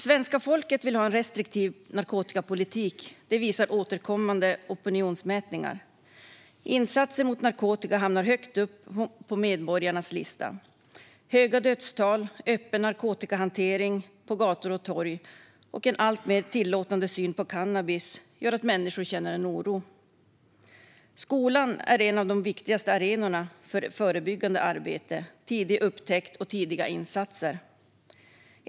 Svenska folket vill ha en restriktiv narkotikapolitik; det visar återkommande opinionsmätningar. Insatser mot narkotika hamnar högt upp på medborgarnas lista. Höga dödstal, öppen narkotikahantering på gator och torg och en alltmer tillåtande syn på cannabis gör att människor känner en oro. Skolan är en av de viktigaste arenorna för förebyggande arbete, tidig upptäckt och tidiga insatser.